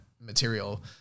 material